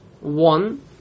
one